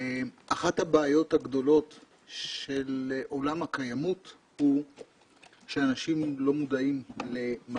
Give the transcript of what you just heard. אחת הבעיות הגדולות של עולם הקיימות היא שאנשים לא מודעים למה